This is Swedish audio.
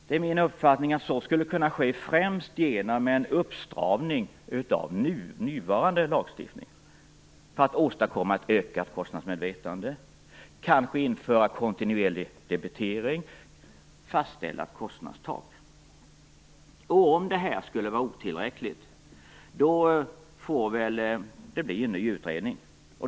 Det är min uppfattning att så skulle kunna ske främst genom en uppstramning av nuvarande lagstiftning i syfte att åstadkomma ett ökat kostnadsmedvetande. Kanske kunde kontinuerlig debitering införas och ett kostnadstak fastställas. Om det skulle vara otillräckligt får det väl bli aktuellt med en ny utredning.